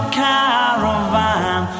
caravan